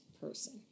person